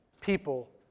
people